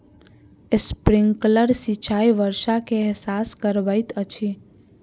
sprinkler सिचाई वर्षा के एहसास करबैत अछि